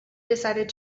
decided